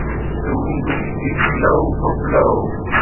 soon will give blow for blow,